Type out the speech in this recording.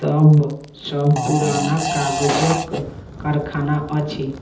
सब सॅ पुरान कागजक कारखाना अछि